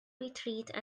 retreat